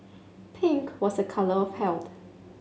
pink was a colour of health